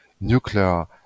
nuclear